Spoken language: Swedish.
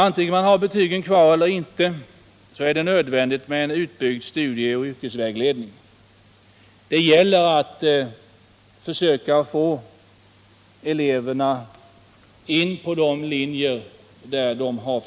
Antingen man har betygen kvar eller inte är det nödvändigt med en utbyggd studieoch yrkesvägledning.